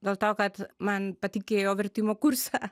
dėl to kad man patikėjo vertimo kursą